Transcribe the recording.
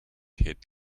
head